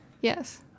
Yes